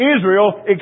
Israel